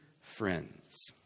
friends